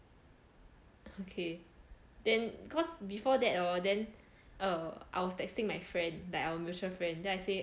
okay then because before that hor then err I was texting my friend that our mutual friend then I say